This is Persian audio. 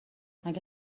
مگه